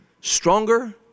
stronger